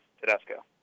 Tedesco